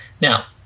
Now